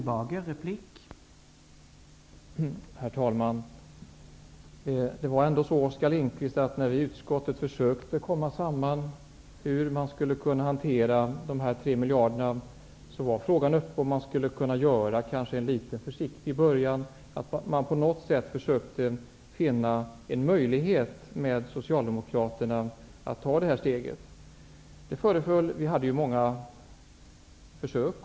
Herr talman! När vi i utskottet försökte komma samman om hur man skulle kunna hantera dessa 3 miljarder var frågan uppe om man kanske skulle kunna göra en liten försiktig början, att man på något sätt försökte finna en möjlighet att ta detta steg tillsammans med Socialdemokraterna. Vi gjorde många försök.